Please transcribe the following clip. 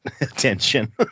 attention